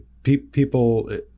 People